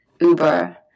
Uber